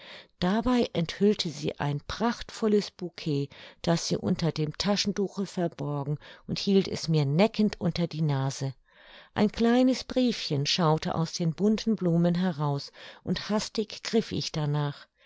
dabei enthüllte sie ein prachtvolles bouquet das sie unter dem taschentuche verborgen und hielt es mir neckend unter die nase ein kleines briefchen schaute aus den bunten blumen heraus und hastig griff ich danach